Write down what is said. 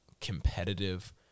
competitive